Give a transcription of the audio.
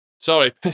Sorry